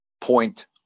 point